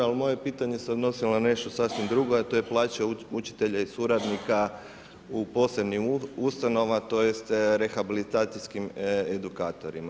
Ali moje pitanje se odnosilo na nešto sasvim drugo, a to je plaća učitelja i suradnika u posebnim ustanovama, tj. rehabilitacijskim edukatorima.